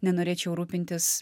nenorėčiau rūpintis